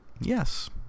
Yes